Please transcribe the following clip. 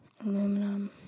Aluminum